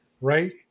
right